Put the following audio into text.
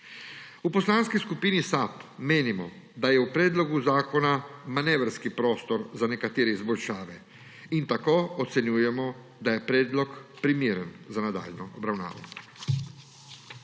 V Poslanski skupini SAB menimo, da je v predlogu zakona manevrski prostor za nekatere izboljšave, in tako ocenjujemo, da je predlog primeren za nadaljnjo obravnavo.